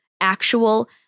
actual